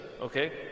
Okay